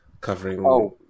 covering